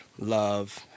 love